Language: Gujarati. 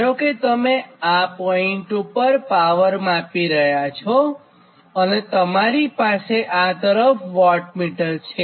ધારો કે તમે આ પોઇન્ટ પર પાવર માપી રહ્યા છો અને તમારી પાસે આ તરફ વોટમીટર છે